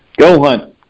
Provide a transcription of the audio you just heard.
GoHunt